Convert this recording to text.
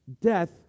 Death